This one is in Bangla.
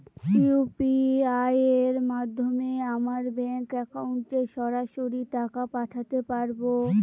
ইউ.পি.আই এর মাধ্যমে আমরা ব্যাঙ্ক একাউন্টে সরাসরি টাকা পাঠাতে পারবো?